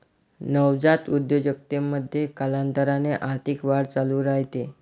नवजात उद्योजकतेमध्ये, कालांतराने आर्थिक वाढ चालू राहते